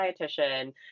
dietitian